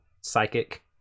psychic